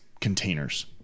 containers